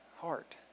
heart